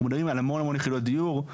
מדברים על המון המון יחידות דיור.